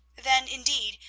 then, indeed,